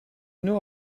know